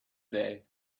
day